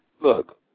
look